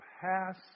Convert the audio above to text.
pass